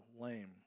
lame